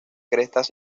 crestas